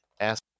Ask